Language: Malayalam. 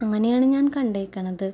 അങ്ങനെയാണ് ഞാൻ കണ്ടേക്കണത്